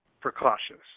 precautions